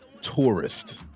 tourist